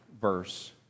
verse